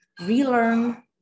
relearn